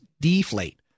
deflate